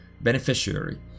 beneficiary